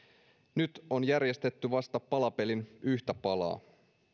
nyt on järjestetty vasta palapelin yhtä palaa